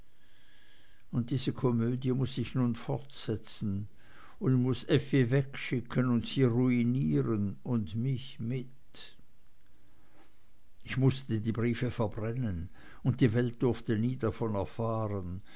und diese komödie muß ich nun fortsetzen und muß effi wegschicken und sie ruinieren und mich mit ich mußte die briefe verbrennen und die welt durfte nie davon erfahren